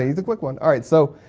he's a quick one. alright so,